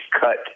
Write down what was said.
cut